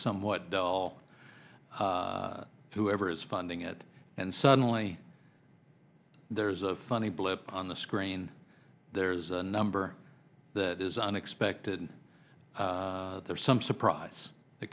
somewhat dull whoever is funding it and suddenly there's a funny blip on the screen there's a number that is unexpected and there's some surprise that